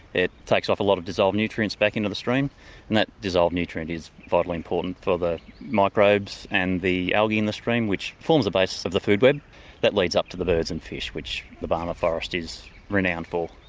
it takes off a lot of dissolved nutrients back into the stream and that dissolved nutrient is vitally important for the microbes and the algae in the stream which forms the basis of the food web that leads up to the birds and fish which the barmah forest is renowned for.